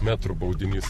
metrų baudinys